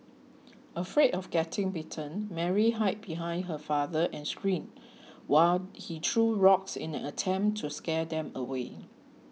afraid of getting bitten Mary hid behind her father and screamed while he threw rocks in an attempt to scare them away